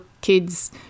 kids